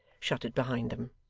shut it behind them.